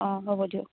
অঁ হ'ব দিয়ক